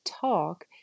talk